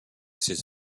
ses